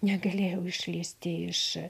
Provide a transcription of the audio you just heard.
negalėjau išlįsti iš